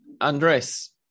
Andres